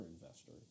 investor